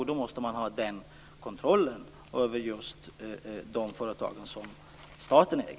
Och då måste man ha kontroll över de företag som staten äger.